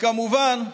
כמובן,